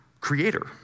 creator